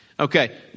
Okay